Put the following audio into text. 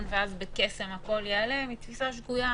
ואז בקסם הכול ייעלם היא תפיסה שגויה.